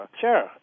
sure